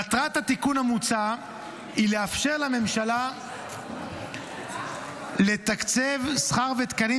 מטרת התיקון המוצע היא לאפשר לממשלה לתקצב שכר ותקנים